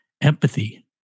empathy